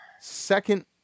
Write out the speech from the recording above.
second